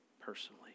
personally